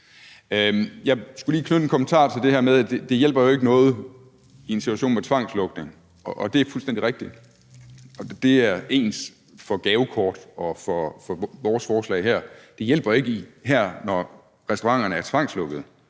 Jeg skulle lige knytte en kommentar til det her med, at det jo ikke hjælper noget i en situation med tvangslukning. Det er fuldstændig rigtigt, og det er ens for gavekort og vores forslag her. Det hjælper ikke, når restauranterne er tvangslukkede,